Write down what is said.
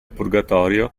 purgatorio